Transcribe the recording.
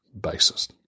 Basis